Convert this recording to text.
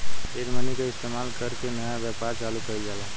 seed money के इस्तमाल कर के नया व्यापार चालू कइल जाला